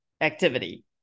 activity